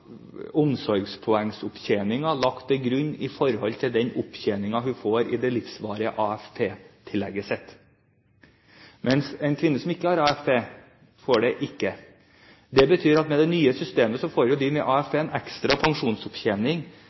lagt til grunn i forhold til den opptjeningen hun får i det livsvarige AFP-tillegget sitt, mens kvinner som ikke har AFP, ikke får det. Det betyr at med det nye systemet får de med AFP en ekstra pensjonsopptjening